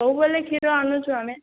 ସବୁବେଳେ କ୍ଷୀର ଆନୁଛୁ ଆମେ